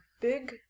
big